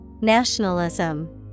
Nationalism